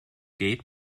gate